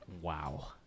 wow